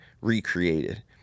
recreated